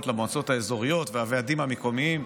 למועצות האזוריות והוועדים המקומיים.